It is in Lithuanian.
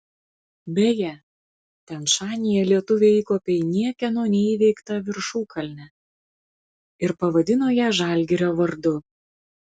beje tian šanyje lietuviai įkopė į niekieno neįveiktą viršukalnę ir pavadino ją žalgirio vardu